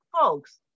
folks